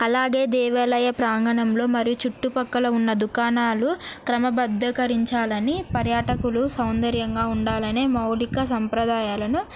అలాగే దేవాలయ ప్రాంగణంలో మరియు చుట్టుపక్కల ఉన్న దుకాణాలు క్రమబద్దికరించాలి అని పర్యాటకులు సౌందర్యంగా ఉండాలి అనే మౌలిక సాంప్రదాయాలను